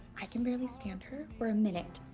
i can barely stand her for a minute.